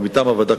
או מטעם הוועדה,